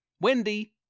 Wendy